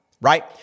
right